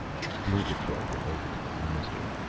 murgatroyd went over to the blaster.